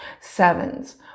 Sevens